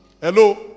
Hello